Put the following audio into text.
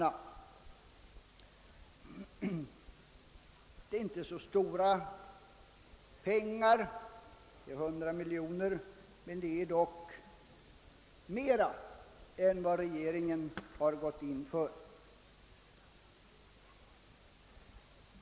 Det är inte stora pengar — 100 miljoner kronor — men det är dock mera än vad regeringen har gått in för.